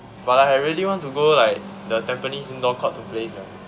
but like I really want to go like the Tampines indoor court to play sia